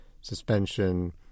suspension